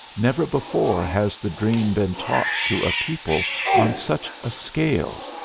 never before has the dream been taught to a people on such a scale,